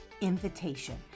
invitation